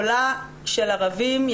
חולה של ערבים,